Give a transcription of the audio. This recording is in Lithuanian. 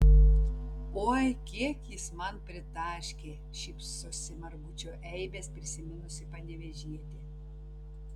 oi kiek jis man pritaškė šypsosi margučio eibes prisiminusi panevėžietė